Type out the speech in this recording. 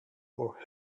for